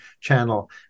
channel